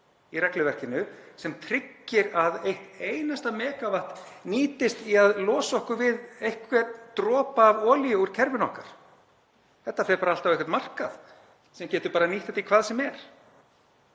í regluverkinu sem tryggir að eitt einasta megavatt nýtist í að losa okkur við einhvern dropa af olíu úr kerfinu okkar. Þetta fer bara allt á einhvern markað sem getur bara nýtt þetta í hvað sem er.